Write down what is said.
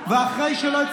למה אתה לא,